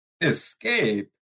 Escape